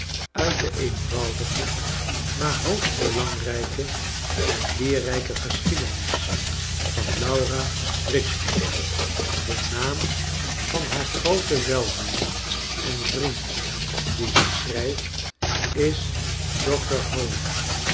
uit de eenvoudige maar hoogst belangrljke en leerrijke geschiedenis van laura bridgman de naam van haar grooten weldoener en vriend die ze schrijft is dr howe